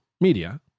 media